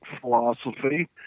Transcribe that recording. philosophy—